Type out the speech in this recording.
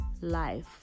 life